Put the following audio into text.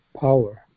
power